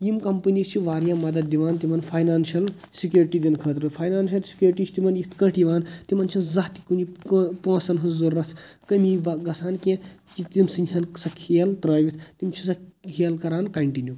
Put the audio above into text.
یِم کَمپٕنیٖز چھِ واریاہ مَدد دِوان تِمن فاینانشٮ۪ل سِکیورٹی دِنہٕ خٲطرٕ فایِنانشٮ۪ل سِکیورٹی چھِ تِمن یِتھ کٲٹھۍ یِوان تِمن چھِنہٕ زانٛہہ تہِ پونٛسَن ہِنٛز ضرورَتھ کٔمی گژھان کیٚنٛہہ کہِ تِم ژھنۍہَن سۄ کھیل ترٛٲوِتھ تِم چھِ سۄ کھیل کَران کَنٹِنیوٗ پَتہ